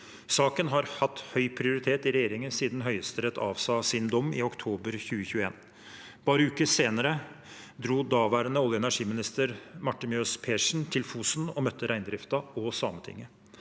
Saken har hatt høy prioritet i regjeringen siden Høyesterett avsa sin dom i oktober 2021. Bare uker senere dro daværende olje- og energiminister Marte Mjøs Persen til Fosen og møtte reindriften og Sametinget.